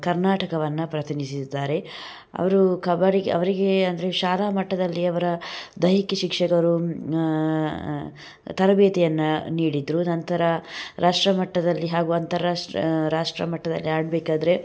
ಕರ್ನಾಟಕವನ್ನು ಪ್ರತಿನಿಧಿಸಿದ್ದಾರೆ ಅವರು ಕಬಡ್ಡಿಗೆ ಅವರಿಗೆ ಅಂದರೆ ಶಾಲಾಮಟ್ಟದಲ್ಲಿ ಅವರ ದೈಹಿಕ ಶಿಕ್ಷಕರು ತರಬೇತಿಯನ್ನು ನೀಡಿದರು ನಂತರ ರಾಷ್ಟ್ರ ಮಟ್ಟದಲ್ಲಿ ಹಾಗು ಅಂತಾರಾಷ್ಟ್ರ ರಾಷ್ಟ್ರ ಮಟ್ಟದಲ್ಲಿ ಆಡಬೇಕಾದ್ರೆ